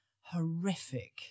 horrific